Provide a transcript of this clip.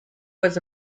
was